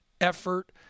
effort